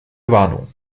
warnung